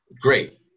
great